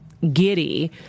giddy